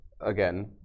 Again